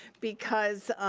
because